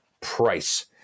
price